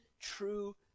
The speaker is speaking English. true